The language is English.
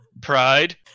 pride